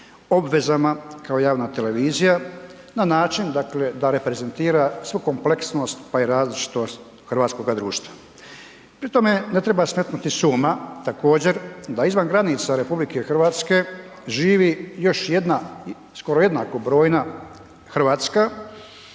obvezama kao javna televizija na način da reprezentira svu kompleksnost pa i različitost hrvatskoga društva. Pri tome ne treba smetnuti s uma također da izvan granica RH živi još jedna skoro jednako brojna Hrvatska